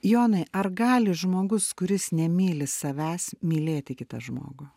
jonai ar gali žmogus kuris nemyli savęs mylėti kitą žmogų